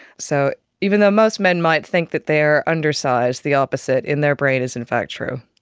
so even though most men might think that they are undersized, the opposite in their brain is in fact true.